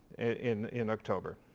in in october.